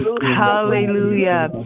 Hallelujah